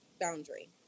boundary